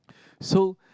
so